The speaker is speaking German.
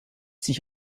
sich